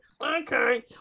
okay